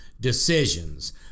decisions